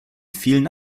vielen